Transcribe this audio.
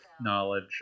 knowledge